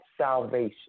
salvation